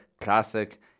classic